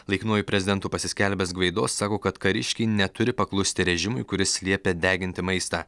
laikinuoju prezidentu pasiskelbęs gvaido sako kad kariškiai neturi paklusti režimui kuris liepė deginti maistą